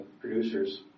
producers